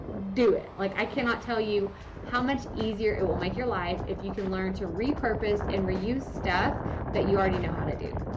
do it! like, i cannot tell you how much easier it will make your life if you can learn to repurpose and reuse stuff that you already know how to do.